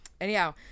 anyhow